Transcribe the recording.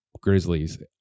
Grizzlies